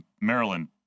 Maryland